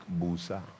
busa